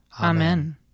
Amen